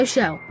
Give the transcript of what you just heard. Show